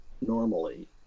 normally